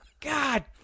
God